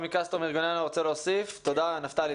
נפתלי.